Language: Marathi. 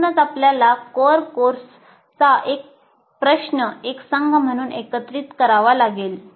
म्हणूनच आपल्याला कोअर कोर्सचा प्रश्न एक संघ म्हणून एकत्रित करावा लागेल